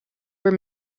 were